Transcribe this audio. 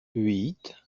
huit